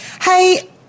Hey